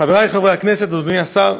חברי חברי הכנסת, אדוני השר,